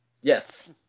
Yes